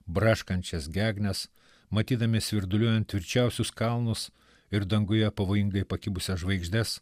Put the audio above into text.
braškančias gegnes matydami svirduliuojant tvirčiausius kalnus ir danguje pavojingai pakibusias žvaigždes